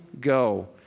go